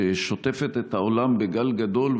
ששוטפת את העולם בגל גדול,